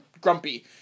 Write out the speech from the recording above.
grumpy